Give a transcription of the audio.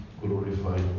glorified